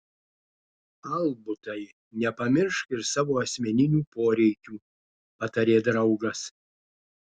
albutai nepamiršk ir savo asmeninių poreikių patarė draugas